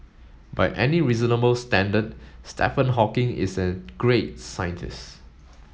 by any reasonable standard Stephen Hawking is a great scientist